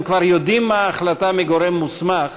כבר יודעים מה ההחלטה מגורם מוסמך,